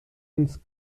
ins